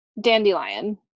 dandelion